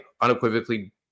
unequivocally